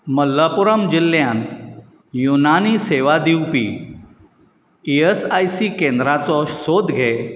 मल्लपुरम जिल्ल्यांत युनानी सेवा दिवपी ई एस आय सी केंद्राचो सोद घे